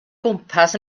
gwmpas